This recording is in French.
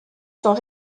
sont